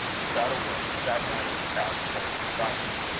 without a word, sat down on the couch close beside him.